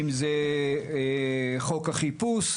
אם זה נושא החיפוש,